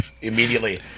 immediately